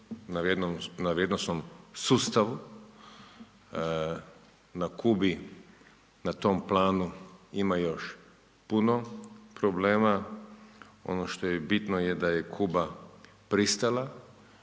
na vrijednosnom sustavu. Na Kubi na tom planu ima još puno problema, ono što je bitno je da je Kuba pristala